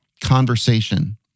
conversation